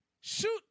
Shoot